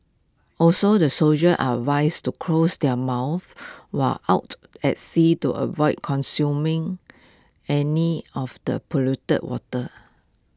also the soldier are advised to close their mouths while out at sea to avoid consuming any of the polluted water